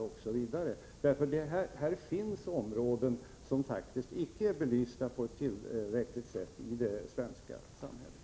Det finns i det svenska samhället områden, som faktiskt inte är belysta på ett tillräckligt sätt.